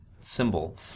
symbol